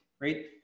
right